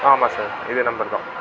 ஆமாம் சார் இதே நம்பர் தான்